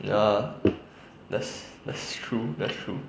ya that's that's true that's true